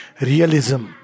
Realism